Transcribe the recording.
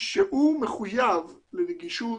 שהוא מחויב לנגישות,